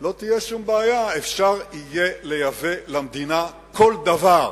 לא תהיה שום בעיה ואפשר יהיה לייבא למדינה כל דבר,